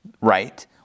Right